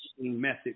method